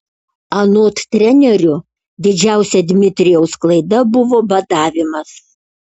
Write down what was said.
anot trenerių didžiausia dmitrijaus klaida buvo badavimas